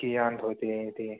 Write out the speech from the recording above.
कियान् भवतीति